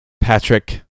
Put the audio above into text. Patrick